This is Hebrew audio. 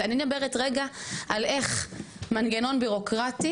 אבל אני מדברת על איך מנגנון בירוקרטי,